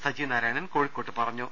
സജിനാരായണൻ കോഴിക്കോട്ട് പറഞ്ഞു